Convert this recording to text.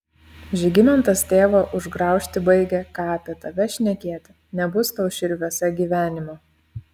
žygimantas tėvą užgraužti baigia ką apie tave šnekėti nebus tau širviuose gyvenimo